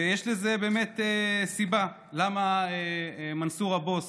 ויש באמת סיבה למה מנסור הבוס